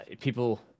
people